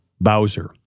Bowser